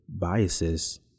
biases